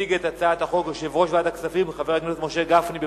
יציג את הצעת החוק יושב-ראש ועדת הכספים חבר הכנסת משה גפני.